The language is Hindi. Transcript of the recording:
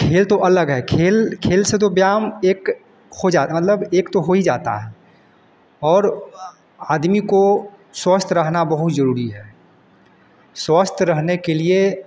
खेल तो अलग है खेल खेल से तो व्यायाम एक हो जा मतलब एक तो होई जाता है और आदमी को स्वस्थ रहना बहुत ज़रूरी है स्वस्थ रहने के लिए